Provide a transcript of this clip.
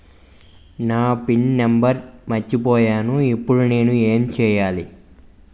నా pin number మర్చిపోయాను ఇప్పుడు నేను ఎంచేయాలి?